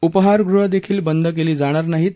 उपहारगृह देखील बंद केली जाणार नाहीत